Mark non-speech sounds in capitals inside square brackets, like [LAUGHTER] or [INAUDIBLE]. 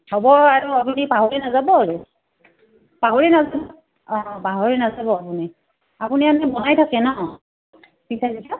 হ'ব আৰু আপুনি পাহৰি নাযাব আৰু পাহৰি নাযাব অঁ পাহৰি নাযাব আপুনি আপুনি এনে বনাই থাকে ন [UNINTELLIGIBLE]